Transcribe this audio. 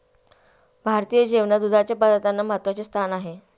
भारतीय जेवणात दुधाच्या पदार्थांना महत्त्वाचे स्थान आहे